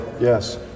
yes